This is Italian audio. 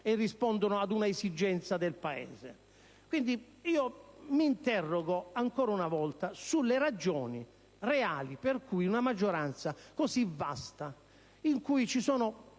e rispondono ad una esigenza del Paese. Mi interrogo ancora una volta sulle ragioni reali per cui una maggioranza così vasta, in cui ci sono